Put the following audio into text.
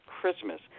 Christmas